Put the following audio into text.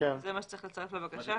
זה מה שצריך לצרף לבקשה.